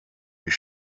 bir